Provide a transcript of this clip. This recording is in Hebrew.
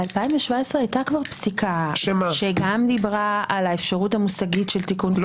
ב-2017 הייתה כבר פסיקה שגם דיברה על האפשרות המושגית של תיקון.